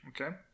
Okay